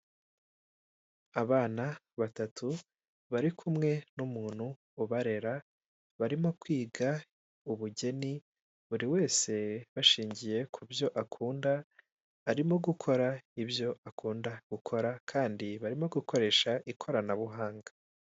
Abana batatu bari kumwe n'umuntu ubarera, barimo kwiga ubugeni, buri wese bashingiye ku byo akunda, arimo gukora ibyo akunda gukora, kandi barimo gukoresha ikoranabuhanga.